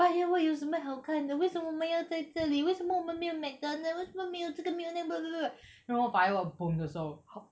firework 有什么好看的为什么我们要在这里为什么我们没有 McDonald 为什么没有这个没有那个 然后 firework boom 的时候他